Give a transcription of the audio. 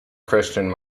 christian